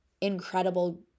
incredible